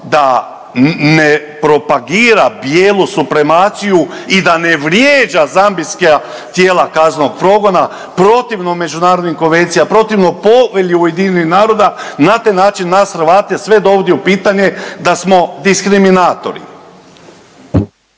da ne propagira bijelu supremaciju i da ne vrijeđa zambijska tijela kaznenog progona protivno međunarodnim konvencijama, protivno Povelji Ujedinjenih naroda? Na taj način nas Hrvate sve dovodi u pitanje da smo dikriminatori.